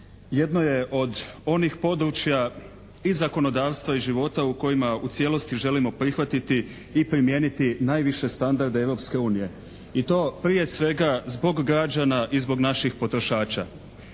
jedno je od onih područja i zakonodavstva i života u kojima u cijelosti želimo prihvatiti i primijeniti najviše standarde Europske unije i to prije svega zbog građana i zbog naših potrošača.